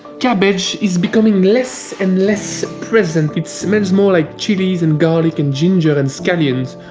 cabbage is becoming less and less present. it's smells more like chilis and garlic and ginger and scallions.